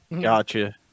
Gotcha